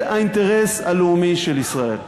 ואתם פועלים באופן עקבי נגד האינטרס הלאומי של ישראל.